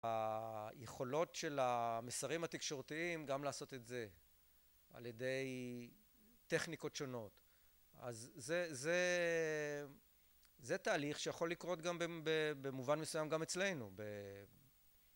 היכולות של המסרים התקשורתיים גם לעשות את זה על ידי טכניקות שונות. אז זה, זה תהליך שיכול לקרות גם, במובן מסוים, גם אצלנו